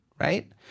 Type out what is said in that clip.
right